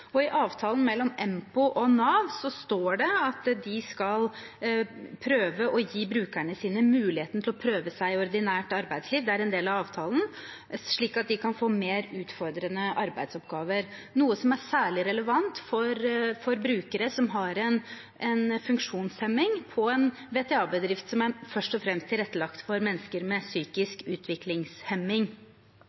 I avtalen mellom Empo og Nav står det at de skal prøve å gi brukerne sine mulighet til å prøve seg i ordinært arbeidsliv, slik at de kan få mer utfordrende arbeidsoppgaver. Dette er særlig relevant for brukere med en funksjonshemning på en VTA-bedrift som først og fremst er tilrettelagt for mennesker med psykisk